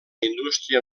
indústria